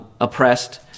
oppressed